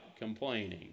complaining